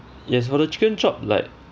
yes for the chicken chop like